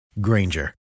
Granger